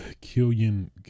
Killian